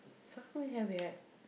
so who have we have